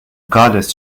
goddess